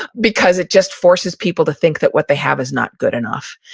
because it just forces people to think that what they have is not good enough.